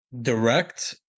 direct